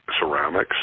ceramics